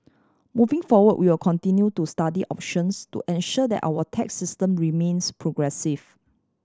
moving forward we will continue to study options to ensure that our tax system remains progressive